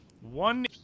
one –